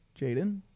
Jaden